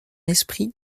esprit